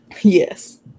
yes